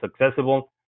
accessible